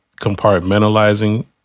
compartmentalizing